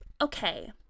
okay